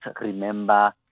remember